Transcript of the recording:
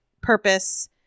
purpose